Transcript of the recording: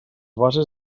bases